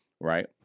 right